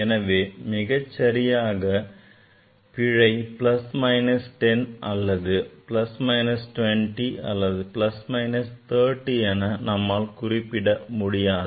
எனவே மிகச்சரியாக பிழை plus minus 10 அல்லது plus minus 20 அல்லது plus minus 30 என நம்மால் கூற முடியாது